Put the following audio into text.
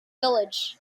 village